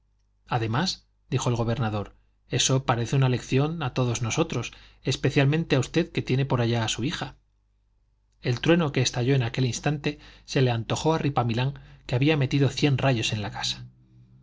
criados además dijo el gobernador eso parece una lección a todos nosotros especialmente a usted que tiene por allá a su hija el trueno que estalló en aquel instante se le antojó a ripamilán que había metido cien rayos en la casa